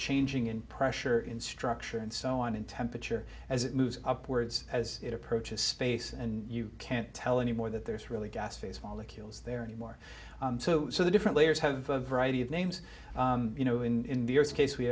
changing in pressure in structure and so on in temperature as it moves upwards as it approaches space and you can't tell anymore that there's really gas face molecules there anymore so so the different layers have a variety of names you know in this case we